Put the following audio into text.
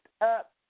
up